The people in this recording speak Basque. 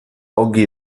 ongi